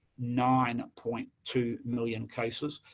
nine point two million cases.